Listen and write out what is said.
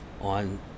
on